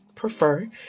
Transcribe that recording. prefer